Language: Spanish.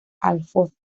alfoz